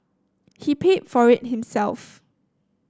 he paid for it himself